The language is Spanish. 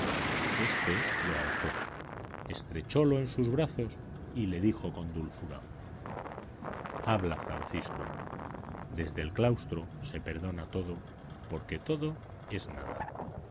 éste lo alzó estrechólo en sus brazos y le dijo con dulzura habla francisco desde el claustro se perdona todo porque todo es nada